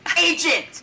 agent